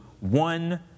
one